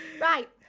Right